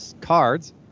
cards